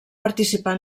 participar